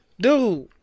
Dude